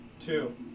Two